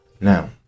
Now